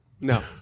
No